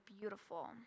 beautiful